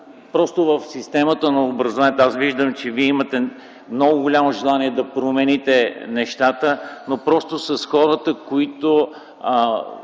просто в системата на образованието аз виждам, че Вие имате много голямо желание да промените нещата, но просто с хората, които ...